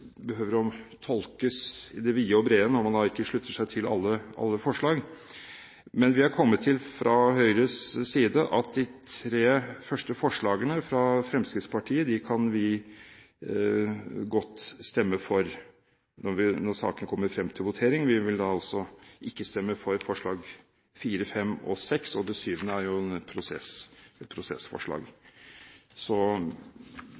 seg til alle forslag. Men fra Høyres side har vi kommet til at vi godt kan stemme for de tre første forslagene fra Fremskrittspartiet når saken kommer frem til votering. Vi vil da altså ikke stemme for forslagene nr. 4, 5 og 6, og det syvende er jo et prosessforslag. Dermed har jeg klargjort Høyres syn på saken. Jeg vil også rette en